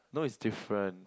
no it's different